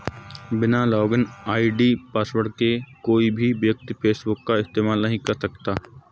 बिना login ID password के कोई भी व्यक्ति फेसबुक का इस्तेमाल नहीं कर सकता